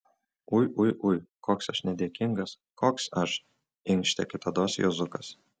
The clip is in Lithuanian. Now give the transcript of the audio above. ui ui ui koks aš nedėkingas koks aš inkštė kitados juozukas